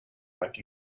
like